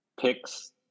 picks